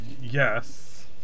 Yes